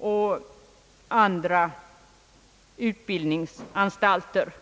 och andra utbildningsanstalter.